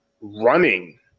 running